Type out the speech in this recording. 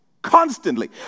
Constantly